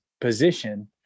position